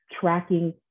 tracking